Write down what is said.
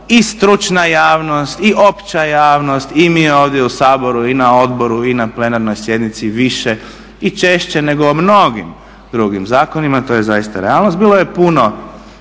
i stručna javnost i opća javnost i mi ovdje u Saboru i na odboru i na plenarnoj sjednici više i češće nego o mnogim drugim zakonima. To je zaista realnost. Bilo je puno